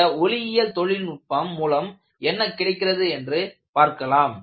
இந்த ஒளியியல் தொழில்நுட்பம் மூலம் என்ன கிடைக்கிறது என்று பார்க்கலாம்